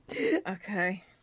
Okay